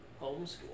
homeschool